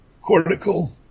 cortical